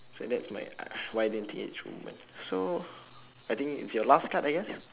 so that's my I I why I didn't think it through moment so I think it's your last card I guess